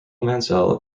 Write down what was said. mansell